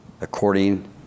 according